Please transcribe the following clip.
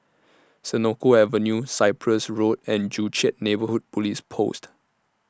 Senoko Avenue Cyprus Road and Joo Chiat Neighbourhood Police Post